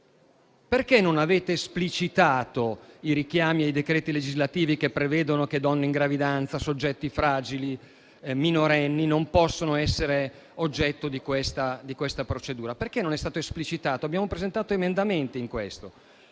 Perché non avete esplicitato i richiami ai decreti legislativi che prevedono che donne in gravidanza, soggetti fragili e minorenni non possono essere oggetto di questa procedura? Perché non è stato esplicitato? Abbiamo presentato emendamenti in tal